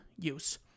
use